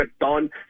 done